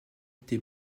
des